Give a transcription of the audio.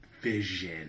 Vision